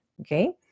okay